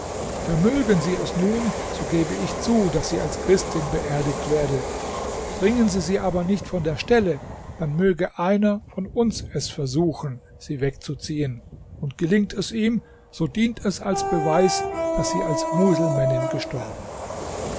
vermögen sie es nun so gebe ich zu daß sie als christin beerdigt werde bringen sie sie aber nicht von der stelle dann möge einer von uns es versuchen sie wegzuziehen und gelingt es ihm so dient es als beweis daß sie als muselmännin gestorben